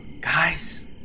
guys